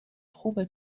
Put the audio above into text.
خوبه